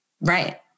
right